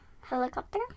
Helicopter